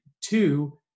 two